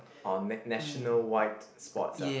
on na~ national wide sports ah